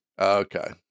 Okay